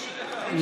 השאלה הזאת?